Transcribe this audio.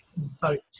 Sorry